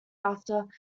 after